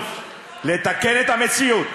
הזדמנות לתקן את המציאות.